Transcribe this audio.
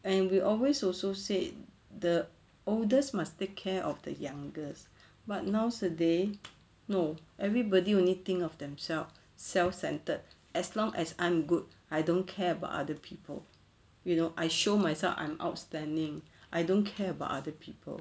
and we always also said the oldest must take care of the youngest but nowadays no everybody only think of themselves self centred as long as I'm good I don't care about other people you know I show myself I'm outstanding I don't care about other people